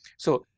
so,